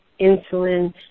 insulin